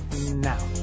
now